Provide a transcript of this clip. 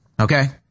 Okay